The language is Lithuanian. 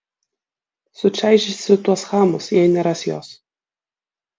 sučaižysiu tuos chamus jei neras jos